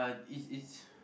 uh it's it's